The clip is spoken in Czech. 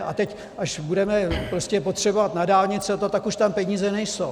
A teď, až budeme prostě potřebovat na dálnici, tak už tam peníze nejsou.